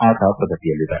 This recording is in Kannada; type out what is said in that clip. ಆಟ ಪ್ರಗತಿಯಲ್ಲಿದೆ